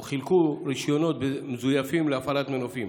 או חילקו רישיונות מזויפים להפעלת מנופים.